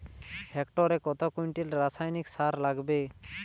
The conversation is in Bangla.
হেক্টরে কত কুইন্টাল রাসায়নিক সার লাগবে?